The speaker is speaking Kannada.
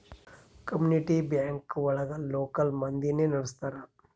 ಕಮ್ಯುನಿಟಿ ಬ್ಯಾಂಕ್ ಒಳಗ ಲೋಕಲ್ ಮಂದಿನೆ ನಡ್ಸ್ತರ